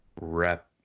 rep